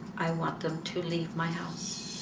i want them to leave my house.